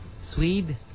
Swede